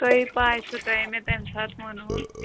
تۄہَے پَے چھو تۄہے مےٚ تَمہِ ساتہٕ ووٚنوُ